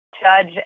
judge